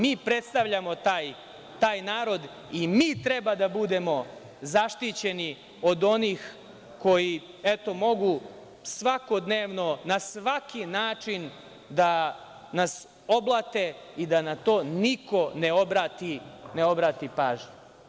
Mi predstavljamo taj narod i mi treba da budemo zaštićeni od onih koji, eto, mogu svakodnevno, na svaki način da nas oblate, i da na to niko ne obrati pažnju.